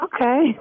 Okay